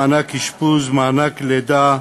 למענק אשפוז ולמענק לידה,